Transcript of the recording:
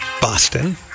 Boston